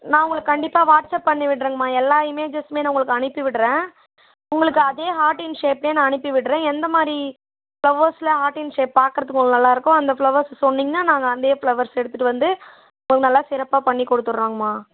நான் உங்களுக்கு கண்டிப்பாக வாட்ஸ்அப் பண்ணிவிடறேங்கம்மா எல்லா இமேஜஸுமே நான் உங்களுக்கு அனுப்பிவிடறேன் உங்களுக்கு அதே ஹார்டின் ஷேப்பே நான் அனுப்பிவிடறேன் எந்த மாதிரி ஃப்ளவர்ஸில் ஹார்டின் ஷேப் பார்குறதுக்கு உங்களுக்கு நல்லாயிருக்கோ அந்த ஃப்ளவர்ஸை சொன்னீங்கன்னால் நாங்கள் அதே ஃப்ளவர்ஸ் எடுத்துகிட்டு வந்து உங்களுக்கு நல்ல சிறப்பாக பண்ணி கொடுத்துட்றோங்கம்மா